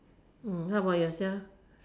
how about yourself